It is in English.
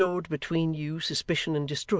and sowed between you suspicion and distrust,